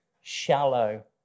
shallow